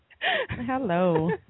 Hello